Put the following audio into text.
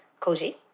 koji